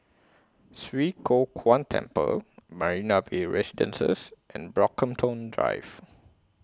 Swee Kow Kuan Temple Marina Bay Residences and Brockhampton Drive